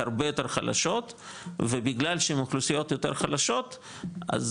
הרבה יותר חלשות ובגלל שהן אוכלוסיות יותר חלשות אז